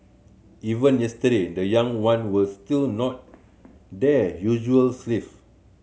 even yesterday the young one were still not their usual